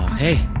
hey